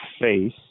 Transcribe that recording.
face